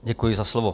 Děkuji za slovo.